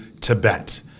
Tibet